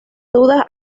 dudas